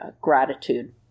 gratitude